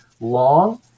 long